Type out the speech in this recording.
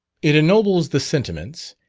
it ennobles the sentiments,